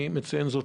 אני מציין זאת